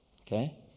okay